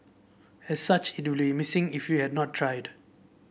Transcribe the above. as such it missing if you have not tried